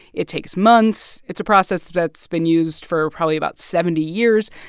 it takes months. it's a process that's been used for probably about seventy years.